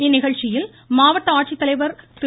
இந்நிகழ்ச்சியில் மாவட்ட ஆட்சித்தலைவர் திரு